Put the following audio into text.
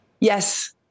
Yes